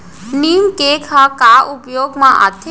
नीम cake ह का उपयोग मा आथे?